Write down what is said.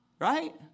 Right